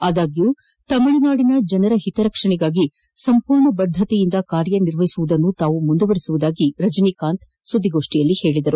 ಅದಾಗ್ಯೂ ತಮಿಳುನಾಡಿನ ಜನರ ಹಿತರಕ್ಷಣೆಗಾಗಿ ಸಂಪೂರ್ಣ ಬದ್ದತೆಯಿಂದ ಕಾರ್ಯನಿರ್ವಹಿಸುವುದನ್ನು ತಾವು ಮುಂದುವರೆಸುವುದಾಗಿ ರಜನೀಕಾಂತ್ ಸುದ್ದಿಗೋಷ್ಠಿಯಲ್ಲಿ ತಿಳಿಸಿದರು